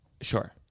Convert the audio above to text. Sure